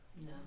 No